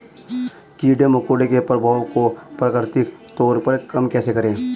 कीड़े मकोड़ों के प्रभाव को प्राकृतिक तौर पर कम कैसे करें?